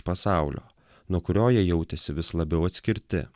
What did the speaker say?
pasaulio nuo kurio jie jautėsi vis labiau atskirti